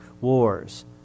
Wars